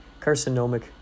Carcinomic